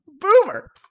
boomer